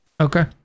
Okay